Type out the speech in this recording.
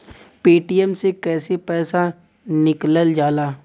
Paytm से कैसे पैसा निकलल जाला?